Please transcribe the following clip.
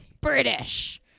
British